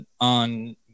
on